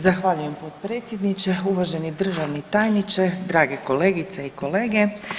Zahvaljujem, potpredsjedniče, uvaženi državni tajniče, drage kolegice i kolege.